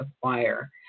acquire